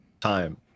time